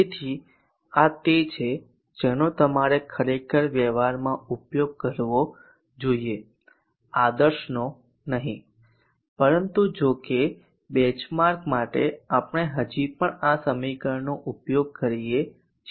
તેથી આ તે છે જેનો તમારે ખરેખર વ્યવહારમાં ઉપયોગ કરવો જોઈએ આદર્શ નો નહીં પરંતુ જો કે બેંચમાર્ક માટે આપણે હજી પણ આ સમીકરણનો ઉપયોગ કરીએ છીએ